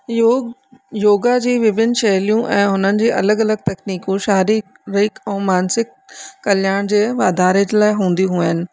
योग योगा जे विभिन्न शैलियूं ऐं उन्हनि जे अलॻि अलॻि तकनीकू शारीरिक ऐं मानसिक कल्याण जे वाधारे जे लाइ हूंदियूं आहिनि